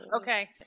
Okay